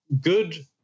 good